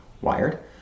Wired